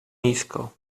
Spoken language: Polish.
nisko